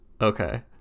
Okay